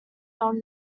melt